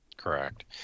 Correct